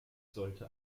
sollte